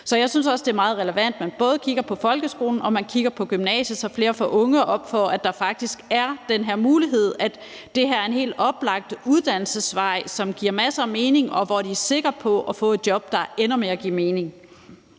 Så jeg synes også, det er meget relevant, at man både kigger på folkeskolen, og at man kigger på gymnasiet, så flere unge får øjnene op for, at der faktisk er den her mulighed, at det her er en helt oplagt uddannelsesvej, som giver masser af mening, og hvor de er sikre på at få et job, der ender med at give mening.